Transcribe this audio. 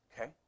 Okay